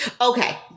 Okay